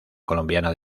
colombiana